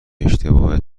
اشتباه